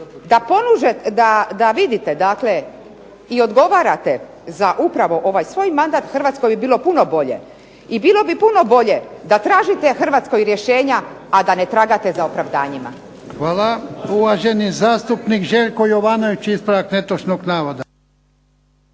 mali dio toga da vidite, dakle i odgovarate za upravo ovaj svoj mandat Hrvatskoj bi bilo puno bolje. I bilo bi puno bolje da tražite Hrvatskoj rješenja, a da ne tragate za opravdanjima. **Jarnjak, Ivan (HDZ)** Hvala. Uvaženi zastupnik Željko Jovanović, ispravak netočnog navoda.